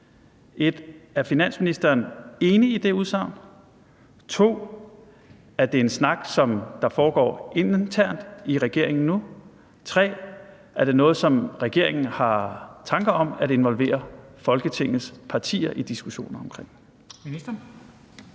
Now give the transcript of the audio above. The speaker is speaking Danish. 1) Er finansministeren enig i det udsagn? 2) Er det en snak, som foregår internt i regeringen nu? 3) Er det noget, som regeringen har tanker om at involvere Folketingets partier i diskussioner om?